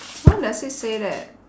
where does it say that